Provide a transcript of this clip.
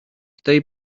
tej